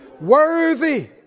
worthy